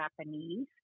Japanese